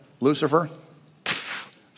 Lucifer